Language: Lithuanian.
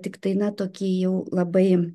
tiktai na tokį jau labai